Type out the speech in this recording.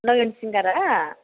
नयन सिंगारआ